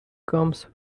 comes